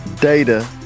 data